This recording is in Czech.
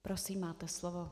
Prosím, máte slovo.